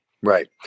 right